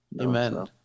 Amen